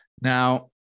Now